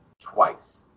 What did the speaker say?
twice